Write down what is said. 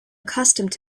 accustomed